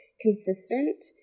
consistent